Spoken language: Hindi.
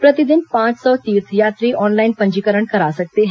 प्रतिदिन पांच सौ तीर्थयात्री ऑनलाइन पंजीकरण करा सकते हैं